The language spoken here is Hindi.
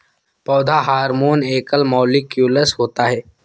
पौधा हार्मोन एकल मौलिक्यूलस होता है